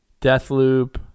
Deathloop